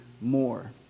more